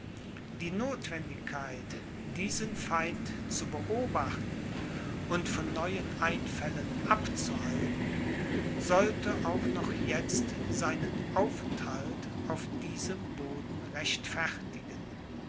die notwendigkeit diesen feind zu beobachten und von neuen einfällen abzuhalten sollte auch noch jetzt seinen aufenthalt auf diesem boden rechtfertigen